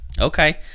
Okay